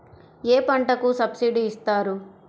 ఏ పంటకు సబ్సిడీ ఇస్తారు?